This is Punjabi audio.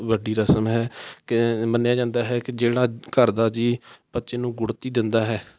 ਵੱਡੀ ਰਸਮ ਹੈ ਕਿ ਮੰਨਿਆ ਜਾਂਦਾ ਹੈ ਕਿ ਜਿਹੜਾ ਘਰ ਦਾ ਜੀ ਬੱਚੇ ਨੂੰ ਗੁੜ੍ਹਤੀ ਦਿੰਦਾ ਹੈ